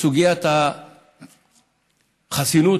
סוגיית החסינות